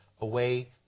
away